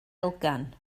elgan